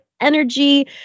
energy